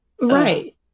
right